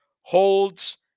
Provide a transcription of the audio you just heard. holds